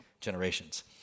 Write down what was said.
generations